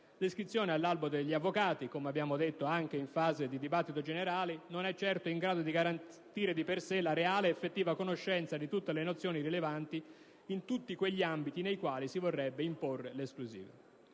L'iscrizione all'albo degli avvocati - come abbiamo detto anche in fase di discussione generale - non è certo in grado di garantire, di per sé, la reale ed effettiva conoscenza di tutte le nozioni rilevanti in tutti quegli ambiti nei quali si vorrebbe imporre l'esclusiva.